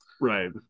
right